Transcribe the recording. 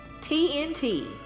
TNT